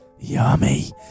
Yummy